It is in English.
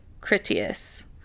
Critias